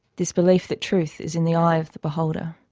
this belief that truth is in the eye of the beholder.